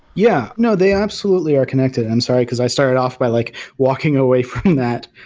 yeah. no, they absolutely are connected. i'm sorry, because i started off by like walking away from that.